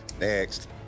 Next